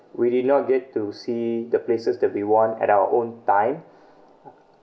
we did not get to see the places that we want at our own time